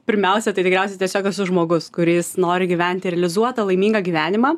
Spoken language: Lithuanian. pirmiausia tai tikriausiai tiesiog esu žmogus kuris nori gyventi realizuotą laimingą gyvenimą